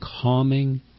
calming